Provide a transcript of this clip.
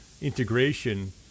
integration